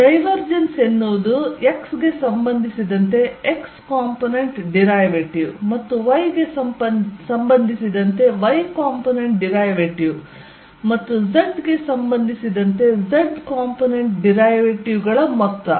divergence ಎನ್ನುವುದು x ಗೆ ಸಂಬಂಧಿಸಿದಂತೆ x ಕಾಂಪೊನೆಂಟ್ ಡಿರೈವೇಟಿವ್ ಮತ್ತು y ಗೆ ಸಂಬಂಧಿಸಿದಂತೆ y ಕಾಂಪೊನೆಂಟ್ ಡಿರೈವೇಟಿವ್ ಮತ್ತು z ಗೆ ಸಂಬಂಧಿಸಿದಂತೆ z ಕಾಂಪೊನೆಂಟ್ ಡಿರೈವೇಟಿವ್ ಗಳ ಮೊತ್ತ